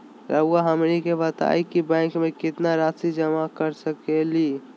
रहुआ हमनी के बताएं कि बैंक में कितना रासि जमा कर सके ली?